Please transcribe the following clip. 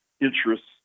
interests